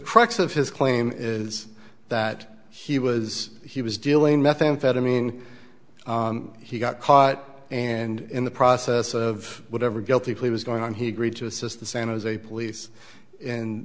crux of his claim is that he was he was dealing methamphetamine he got caught and in the process of whatever guilty plea was going on he agreed to assist the san jose police in